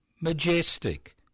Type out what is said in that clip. majestic